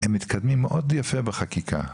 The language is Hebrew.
הם מתקדמים מאד יפה בחקיקה.